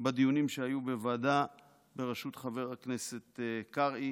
בדיונים שהיו בוועדה בראשות חבר הכנסת קרעי